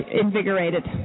invigorated